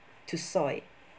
to soil